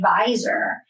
advisor